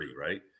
right